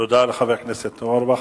תודה לחבר הכנסת אורבך.